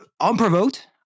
Unprovoked